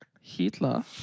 Hitler